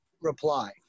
reply